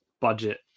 budget